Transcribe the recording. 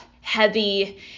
heavy